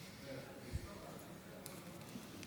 ישראל ולמלא באמונה את שליחותי בכנסת".